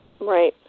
Right